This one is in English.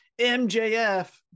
MJF